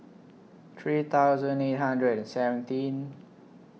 three thousand eight hundred and seventeen